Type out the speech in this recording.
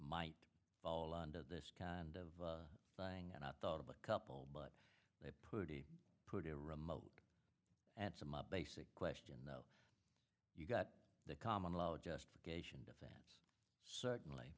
might fall under this kind of thing and i thought of a couple but they put a put a remote and so my basic question though you got the common law justification of it certainly